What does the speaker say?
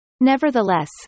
Nevertheless